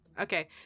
Okay